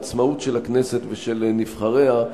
העצמאות של הכנסת ושל נבחריה,